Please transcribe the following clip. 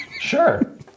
Sure